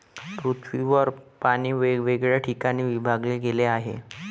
पृथ्वीवर पाणी वेगवेगळ्या ठिकाणी विभागले गेले आहे